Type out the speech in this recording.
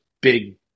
big